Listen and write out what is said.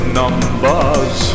numbers